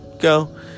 Go